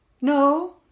no